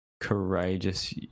courageous